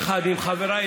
יחד עם חבריי,